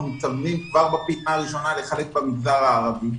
מתכוונים כבר בפעימה הראשונה לחלק במגזר הערבי,